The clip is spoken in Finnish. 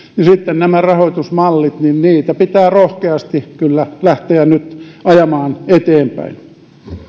sitten näitä rahoitusmalleja pitää rohkeasti kyllä lähteä nyt ajamaan eteenpäin